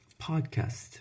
podcast